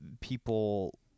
people